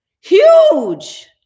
Huge